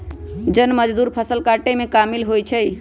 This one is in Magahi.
जन मजदुर फ़सल काटेमें कामिल होइ छइ